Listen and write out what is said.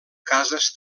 cases